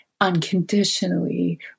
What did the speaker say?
unconditionally